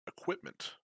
equipment